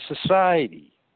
society